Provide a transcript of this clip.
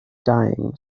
dying